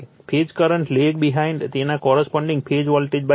phase current lag behind તેમના corresponding phase voltage છે